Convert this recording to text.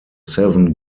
seven